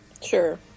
Sure